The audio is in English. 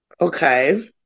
Okay